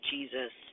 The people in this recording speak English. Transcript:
Jesus